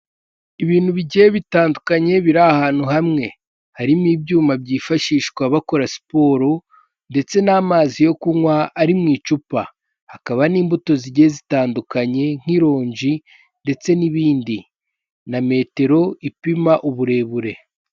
Ibintu bigiye bitandukanye biri ahantu hamwe harimo ibyuma byifashishwa bakora siporo ndetse n'amazi yo kunywa ari mu icupa, hakaba n'imbuto zigiye zitandukanye nk'ironji ndetse n'ibindi na metero ipima uburebure.